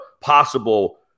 possible